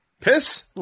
Piss